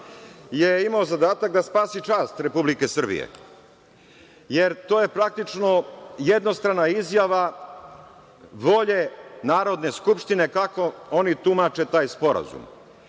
je imao zadatak da spasi čast Republici Srbiji, jer to je praktično jednostrana izjava volje Narodne skupštine kako oni tumače taj sporazum.